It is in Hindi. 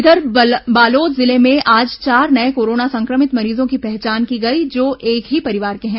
इधर बालोद जिले में आज चार नये कोरोना संक्रमित मरीजों की पहचान की गई है जो एक ही परिवार के हैं